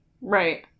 right